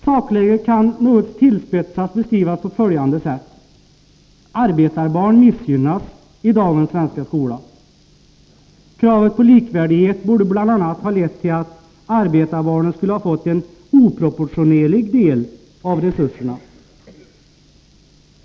Sakläget kan något tillspetsat beskrivas på följande sätt: arbetarbarn missgynnas i dagens svenska skola. Kravet på likvärdighet borde bl.a. ha lett till att arbetarbarnen skulle ha fått en oproportionerlig del av resurserna.